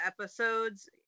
episodes